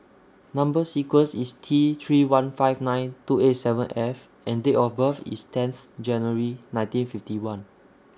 Number sequence IS T three one five nine two eight seven F and Date of birth IS tenth January nineteen fifty one